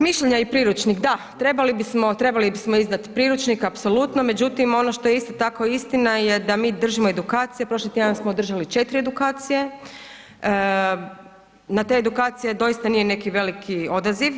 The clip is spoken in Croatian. Mišljenja i priručnik, da, trebali bismo, trebali bismo izdati priručnik apsolutno, međutim ono što je isto tako istina je da mi držimo edukacije, prošli tjedan smo održali 4 edukacije, na te edukacije doista nije neki veliki odaziv.